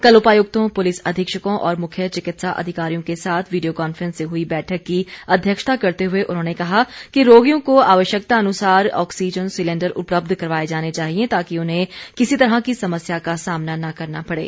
कल उपायुक्तों पुलिस अधीक्षकों और मुख्य चिकित्सा अधिकारियों के साथ वीडियो कांफ्रेंस से हुई बैठक की अध्यक्षता करते हुए उन्होंने कहा कि रोगियों को आवश्यकतानुसार ऑक्सीजन सिलेंडर उपलब्ध करवाए जाने चाहिये ताकि उन्हें किसी तरह की समस्या का सामना न करना पड़े